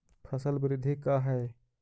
फसल वृद्धि का है?